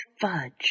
fudge